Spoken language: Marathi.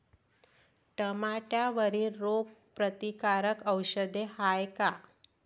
टमाट्यावरील रोग प्रतीकारक औषध हाये का?